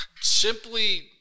simply